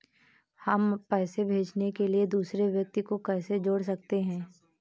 हम पैसे भेजने के लिए दूसरे व्यक्ति को कैसे जोड़ सकते हैं?